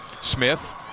Smith